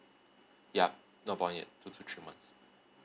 yup not born yet two to three months